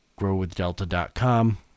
Growwithdelta.com